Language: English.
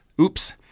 Oops